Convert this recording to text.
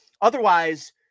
Otherwise